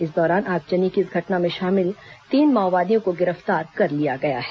इस दौरान आगजनी की इस घटना में शामिल तीन माओवादियों को गिरफ्तार कर लिया गया है